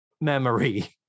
memory